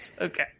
okay